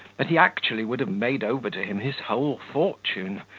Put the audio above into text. that he actually would have made over to him his whole fortune,